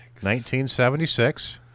1976